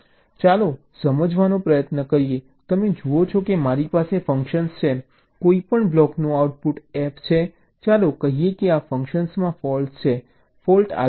ચાલો સમજાવવાનો પ્રયત્ન કરીએ તમે જુઓ કે મારી પાસે ફંક્શન છે કોઈપણ બ્લોકનું આઉટપુટ f છે ચાલો કહીએ કે આ ફંક્શનમાં ફૉલ્ટ્ છે ફોલ્ટ આલ્ફા છે